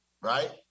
right